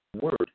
word